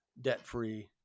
debt-free